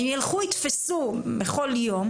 הם ילכו ויתפסו בכל יום,